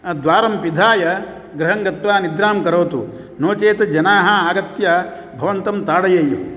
द्वारं पिधाय गृहङ्गत्वा निद्रां करोतु नो चेत् जनाः आगत्य भवन्तं ताडयेयुः